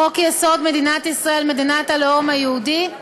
חוק-יסוד: מדינת ישראל מדינת הלאום היהודי,